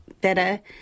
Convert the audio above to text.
better